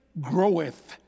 groweth